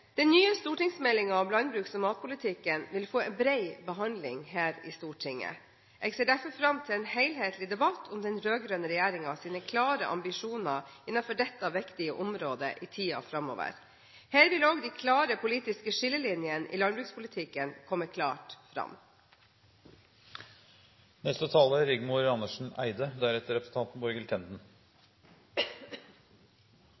Den nye stortingsmeldingen om landbruks- og matpolitikken vil få en bred behandling her i Stortinget. Jeg ser derfor fram til en helhetlig debatt om den rød-grønne regjeringens klare ambisjoner innenfor dette viktige området i tida framover. Her vil også de klare politiske skillelinjene i landbrukspolitikken komme klart fram.